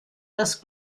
das